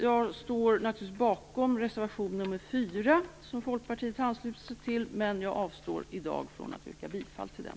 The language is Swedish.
Jag står naturligtvis bakom reservation nr 4 som Folkpartiet har anslutit sig till, men jag avstår i dag från att yrka bifall till den.